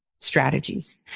Strategies